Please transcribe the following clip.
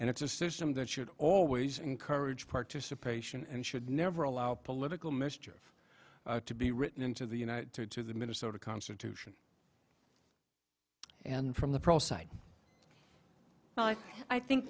and it's a system that should always encourage participation and should never allow political mischief to be written into the you know through to the minnesota constitution and from the process well i think